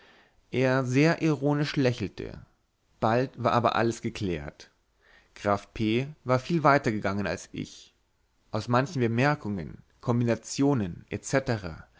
er sehr ironisch lächelte bald war aber alles erklärt graf p war viel weiter gegangen als ich aus manchen bemerkungen kombinationen